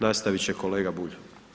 Nastavit će kolega Bulj.